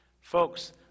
Folks